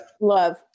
love